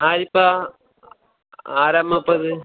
ആരിപ്പോൾ ആരാമ്മപ്പത്